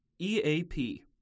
EAP